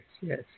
yes